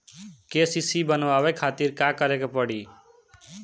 KCC बनवावे खातिर का करे के पड़ी?